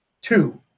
Two